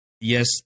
yes